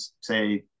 say